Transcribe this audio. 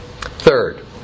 Third